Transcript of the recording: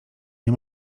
nie